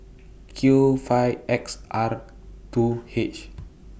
Q five X R two H